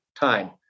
time